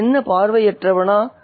நீ என்ன பார்வையற்றவனா